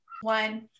One